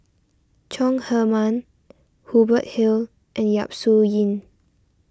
Chong Heman Hubert Hill and Yap Su Yin